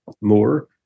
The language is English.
more